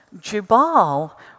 Jubal